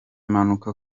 impanuka